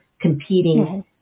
competing